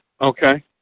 okay